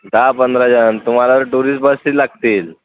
दहा पंधरा जण तुम्हाला टुरिस्ट बसच लागतील